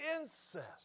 incest